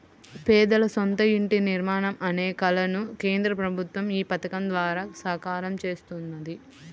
పేదల సొంత ఇంటి నిర్మాణం అనే కలను కేంద్ర ప్రభుత్వం ఈ పథకం ద్వారా సాకారం చేస్తున్నది